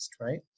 right